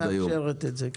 העברית מאפשרת את זה.